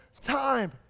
time